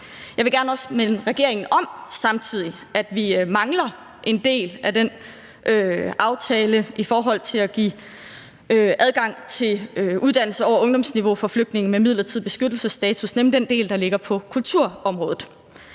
også gerne minde regeringen om, at vi mangler en del af aftalen med hensyn til at give adgang til uddannelse over ungdomsniveau for flygtninge med midlertidig beskyttelsesstatus, nemlig den del, der omfatter kulturområdet.